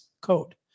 code